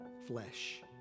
flesh